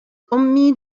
أمي